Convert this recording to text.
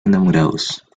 enamorados